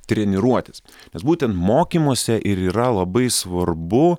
treniruotis nes būtent mokymuose ir yra labai svarbu